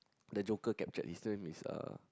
the Joker captured his name is uh